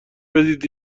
بدید